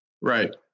Right